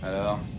Alors